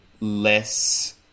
less